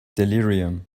delirium